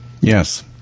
Yes